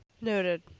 Noted